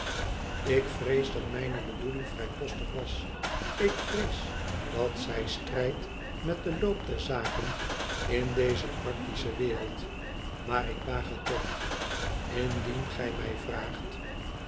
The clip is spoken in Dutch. ui vrees dat mijne bedoeling vrijpostig was ik vrees dat zij strijdt met den loop der zaken in deze practische wereld maar ik waag het toch indien gij mij vraagt